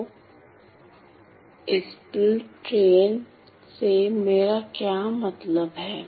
तो impulse train से मेरा क्या मतलब है